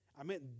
Amen